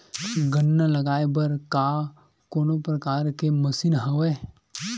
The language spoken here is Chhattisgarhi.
गन्ना लगाये बर का कोनो प्रकार के मशीन हवय?